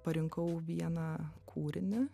parinkau vieną kūrinį